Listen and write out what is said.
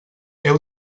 heu